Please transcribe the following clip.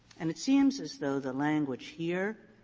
and it seems as though the language here